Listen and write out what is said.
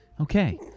Okay